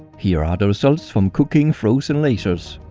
here are the results from cooking frozen lasers.